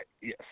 Yes